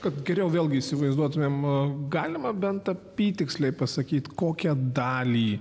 kad geriau vėlgi įsivaizduotumėme galima bent apytiksliai pasakyti kokią dalį